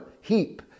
heap